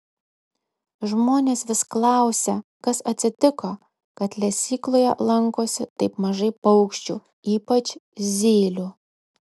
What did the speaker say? žmonės vis klausia kas atsitiko kad lesykloje lankosi taip mažai paukščių ypač zylių